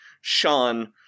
Sean